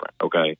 okay